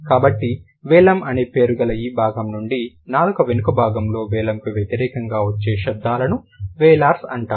కాబట్టి వెలమ్ అనే పేరు గల ఈ భాగం నుండి నాలుక వెనుక భాగంలో వెలమ్కు వ్యతిరేకంగా వచ్చే శబ్దాలను వేలర్స్ అంటారు